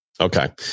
Okay